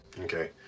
okay